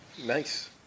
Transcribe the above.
Nice